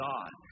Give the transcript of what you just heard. God